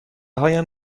هایم